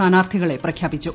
സ്ഥാനാർത്ഥികളെ പ്രഖ്യാപിച്ചു